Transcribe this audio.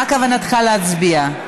מה כוונתך להצביע?